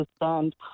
understand